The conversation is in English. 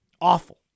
awful